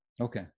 Okay